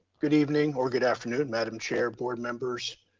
good evening or good afternoon, madam chair, board members,